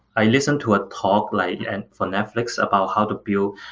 i listened to a talk like and for netflix about how to build.